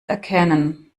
erkennen